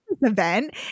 event